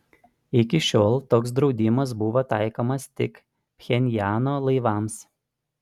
iki šiol toks draudimas buvo taikomas tik pchenjano laivams